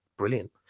brilliant